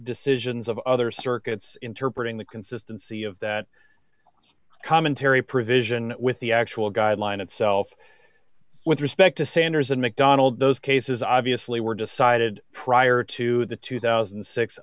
decisions of other circuits interpreting the consistency of that commentary provision with the actual guideline itself with respect to sanders and mcdonald those cases obviously were decided prior to the two thousand